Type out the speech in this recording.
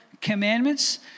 commandments